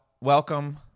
welcome